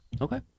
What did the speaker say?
Okay